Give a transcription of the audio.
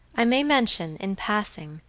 i may mention, in passing,